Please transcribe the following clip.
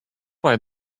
why